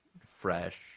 fresh